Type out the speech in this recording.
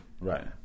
right